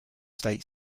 state